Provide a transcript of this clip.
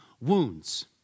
wounds